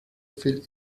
viel